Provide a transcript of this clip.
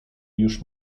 już